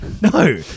No